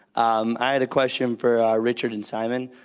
um i had a question for richard and simon.